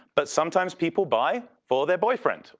but sometimes people buy for their boyfriend,